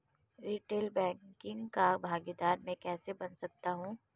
Retail banking का भागीदार मैं कैसे बन सकता हूँ?